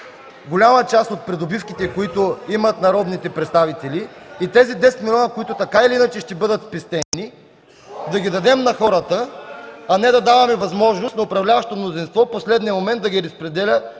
голяма част от придобивките, които имат народните представители, и тези 10 милиона, които, така или иначе, ще бъдат спестени, да ги дадем на хората. А не да даваме възможност на управляващото мнозинство в последния момент да ги разпределя